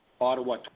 Ottawa